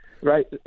right